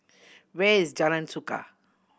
where is Jalan Suka